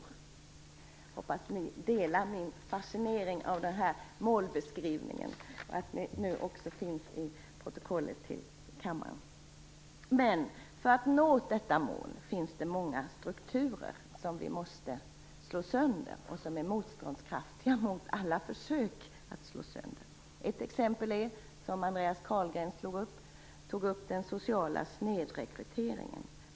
Jag hoppas att ni delar min fascination över denna målbeskrivning, som nu också finns i kammarens protokoll. Men för att nå detta mål måste vi slå sönder många strukturer, som är motståndskraftiga mot alla försök att slå sönder dem. Ett exempel är det som Andreas Carlgren tog upp - den sociala snedrekryteringen.